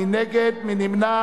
מי נגד?